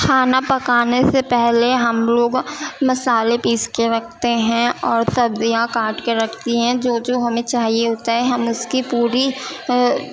کھانا پکانے سے پہلے ہم لوگ مسالے پیس کے رکھتے ہیں اور سبزیاں کاٹ کے رکھتی ہیں جو جو ہمیں چاہیے ہوتا ہے ہم اس کی پوری